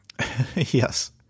yes